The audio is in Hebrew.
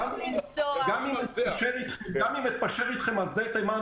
גם אם נתפשר אתכם על שדה תימן,